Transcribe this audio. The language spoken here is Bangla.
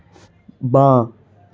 বাঁ